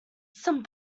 some